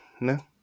no